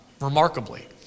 remarkably